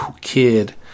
kid